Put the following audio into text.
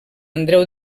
andreu